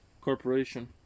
corporation